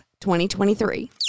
2023